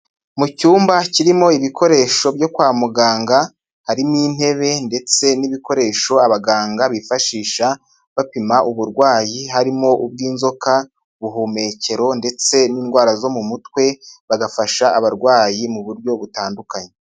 Mu cyumba kirimo ibikoresho byo kwa muganga harimo intebe ndetse n'ibikoresho abaganga bifashisha bapima uburwayi harimo ubw'inzoka, ubuhumekero ndetse n'indwara zo mu mutwe, bagafasha abarwayi mu buryo butandukanye.